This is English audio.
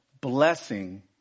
blessing